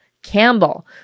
Campbell